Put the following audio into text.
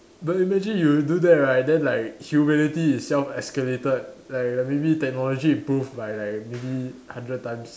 but you imagine you do that right then like humanity itself escalated like maybe technology improved by like maybe hundred times